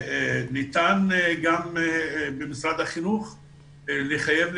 ניתן גם במשרד החינוך לחייב,